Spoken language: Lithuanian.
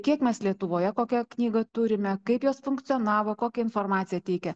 kiek mes lietuvoje kokią knygą turime kaip jos funkcionavo kokią informaciją teikė